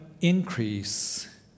increase